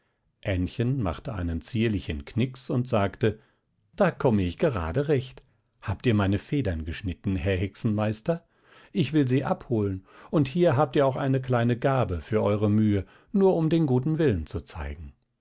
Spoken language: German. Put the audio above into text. ännchen machte einen zierlichen knicks und sagte da komme ich gerade recht habt ihr meine federn geschnitten herr hexenmeister ich will sie abholen und hier habt ihr auch eine kleine gabe für eure mühe nur um den guten willen zu zeigen